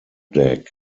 deck